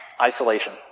isolation